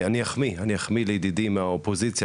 אני אחמיא לידידי מהאופוזיציה,